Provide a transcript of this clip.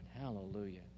Hallelujah